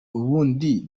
ubundi